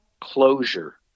closure